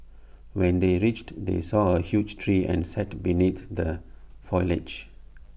when they reached they saw A huge tree and sat beneath the foliage